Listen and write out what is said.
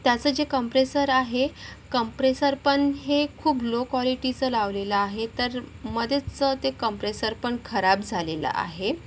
त्याचं जे कंप्रेसर आहे कंप्रेसर पण हे खूप लो क्वालिटीचं लावलेलं आहे तर मध्येच ते कंप्रेसर पण खराब झालेलं आहे